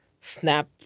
snap